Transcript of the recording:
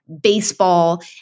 baseball